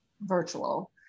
virtual